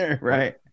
Right